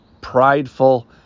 prideful